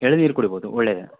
ಎಳ್ನೀರು ಕುಡಿಬೋದು ಒಳ್ಳೆದೇ